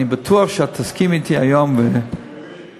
אני בטוח שתסכימי אתי היום ותסכימי